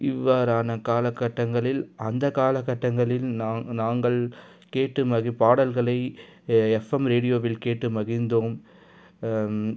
இவ்வாறான காலங்கட்டங்களில் அந்த காலகட்டங்களில் நா நாங்கள் கேட்ட மாதிரி பாடல்களை ஃஎப்எம் ரேடியோவில் கேட்டு மகிழ்ந்தோம்